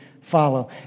follow